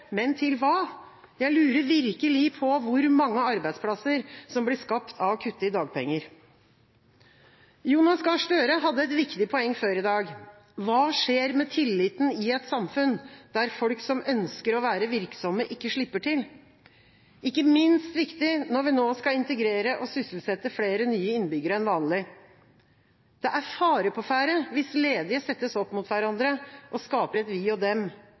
men til hva? Jeg lurer virkelig på hvor mange arbeidsplasser som blir skapt av å kutte i dagpengene? Jonas Gahr Støre hadde et viktig poeng før i dag – hva skjer med tilliten i et samfunn der folk som ønsker å være virksomme, ikke slipper til? Dette er ikke minst viktig når vi nå skal integrere og sysselsette flere nye innbyggere enn vanlig. Det er fare på ferde hvis ledige settes opp mot hverandre og skaper et